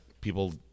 people